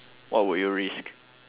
what would you risk